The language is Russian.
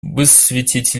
высветить